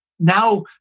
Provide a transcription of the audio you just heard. Now